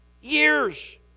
years